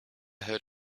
heard